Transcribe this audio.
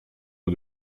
eau